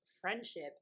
friendship